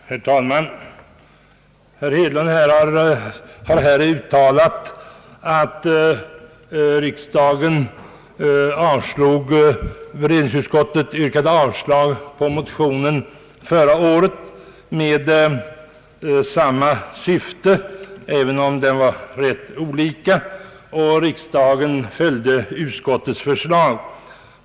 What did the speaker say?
Herr talman! Herr Hedlund har här uttalat att allmänna beredningsutskottet förra året yrkade avslag på motionen som hade samma syfte som den nu väckta motionen, även om utformningen var ganska annorlunda, och riksdagen följde utskottets förslag.